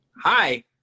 Hi